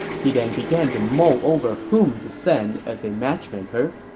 he then began to mull over whom to send as a matchmaker.